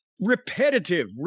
repetitive